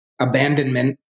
abandonment